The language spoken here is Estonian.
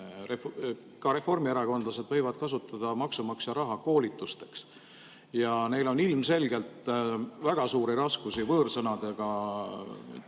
ka reformierakondlased võivad kasutada maksumaksja raha koolitusteks. Neil on ilmselgelt väga suuri raskusi võõrsõnadega talitamisel,